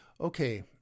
Okay